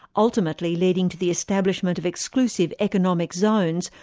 ultimately leading to the establishment of exclusive economic zones,